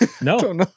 No